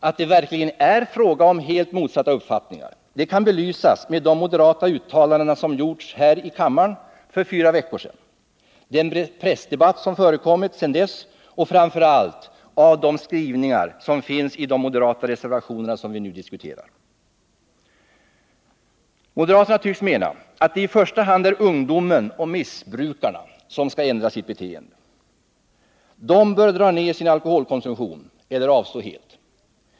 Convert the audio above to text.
Att det är fråga om helt motsatta uppfattningar kan belysas med de moderata uttalanden som gjordes här i kammaren för fyra veckor sedan, den pressdebatt som förekommit sedan dess och framför allt de skrivningar som finns i de moderata reservationer vi nu diskuterar. Moderaterna tycks mena att det i första hand är ungdomen och missbrukarna som skall ändra sitt beteende. De kategorierna bör dra ner sin alkoholkonsumtion eller avstå helt.